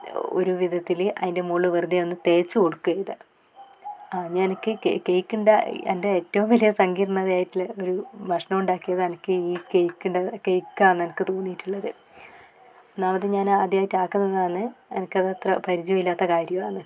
ഒരുവിധത്തില് അയിൻ്റെ മുകളിൽ വെറുതെ ഒന്നു തേച്ചു കൊടുക്കാ ചെയ്തേ അത് എനിക്ക് കേക്കിൻ്റെ എൻ്റെ ഏറ്റവും വലിയ സങ്കീർണതയായിട്ടുള്ള ഒരു ഭക്ഷണം ഉണ്ടാക്കിയത് എനിക്ക് ഈ കേക്ക് കേക്കാന്ന് എനിക്ക് തോന്നിയിട്ടുള്ളത് ഒന്നാമത് ഞാൻ ആദ്യമായിട്ട് ആക്കുന്നതാന്ന് എനിക്ക് അത് അത്ര പരിചയമില്ലാത്ത കാര്യവും ആന്ന്